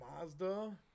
Mazda